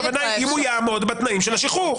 הכוונה היא אם הוא יעמוד בתנאים של השחרור.